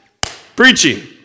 preaching